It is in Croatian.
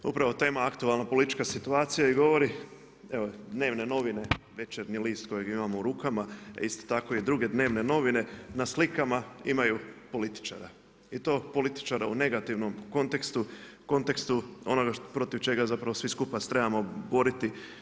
Upravo tema aktualno politička situacija i govori, evo dnevne novine Večernji list kojeg imam u rukama, a isto tako i druge dnevne novine na slikama imaju političara i to političara u negativnom kontekstu, kontekstu onoga protiv čega se svi skupa se trebamo boriti.